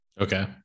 Okay